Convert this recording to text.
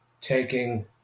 taking